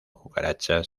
cucarachas